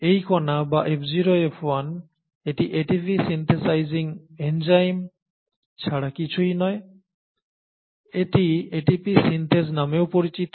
এই কণা বা F0 F1 এটি এটিপি সিন্থেসাইজিং এনজাইম ছাড়া কিছুই নয় এটি এটিপি সিন্থেস নামেও পরিচিত